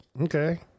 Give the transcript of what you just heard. Okay